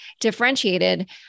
differentiated